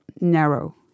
narrow